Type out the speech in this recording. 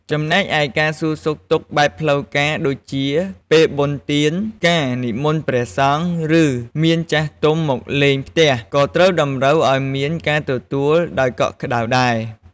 ចំណែកឯការសួរសុខទុក្ខបែបផ្លូវការ ដូចជា ពេលបុណ្យទាន ការនិមន្តព្រះសង្ឃ ឬ មានចាស់ទុំមកលេងផ្ទះ ក៏តម្រូវឱ្យមានការទទួលដោយកក់ក្ដៅដែរ។